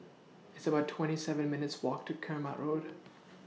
It's about twenty seven minutes' Walk to Keramat Road